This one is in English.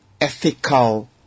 ethical